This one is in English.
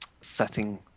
setting